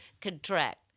contract